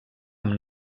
amb